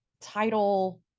title